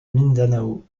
mindanao